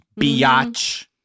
biatch